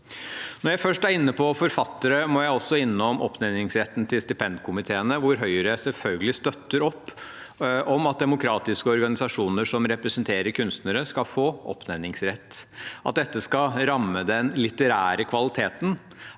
Når jeg først er inne på forfattere, må jeg også innom oppnevningsretten til stipendkomiteene, hvor Høyre selvfølgelig støtter opp om at demokratiske organisasjoner som representerer kunstnere, skal få oppnevningsrett. At dette skal ramme den litterære kvaliteten,